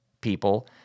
people